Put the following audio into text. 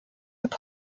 hip